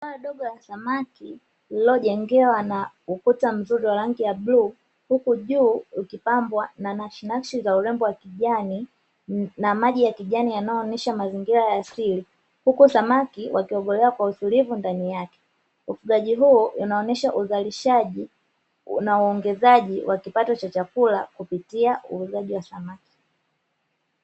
Bwawa dogo la samaki lililojengewa na ukuta wa rangi ya bluu uku juu ukipambwa na nakshi nakshi za urembo wa kijani na maji ya kijani yanayoonyesha mzingira ya asili, huku samaki wakiogelea kwa utulivu ndani yake. Ufugaji huo unaonesha uzalishaji na uongezaji wa kipato cha chakula kupitia ufugaji wa samaki.